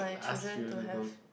ask you want to go